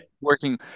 working